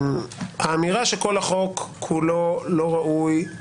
האמירה שכל החוק כולו לא ראוי היא